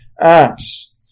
Acts